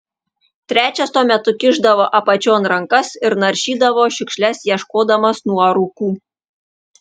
trečias tuo metu kišdavo apačion rankas ir naršydavo šiukšles ieškodamas nuorūkų